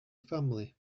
family